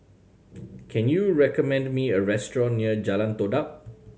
can you recommend me a restaurant near Jalan Todak